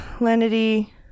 Lenity